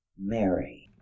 Mary